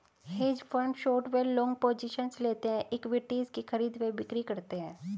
hedge fund short व long positions लेते हैं, इक्विटीज की खरीद व बिक्री करते हैं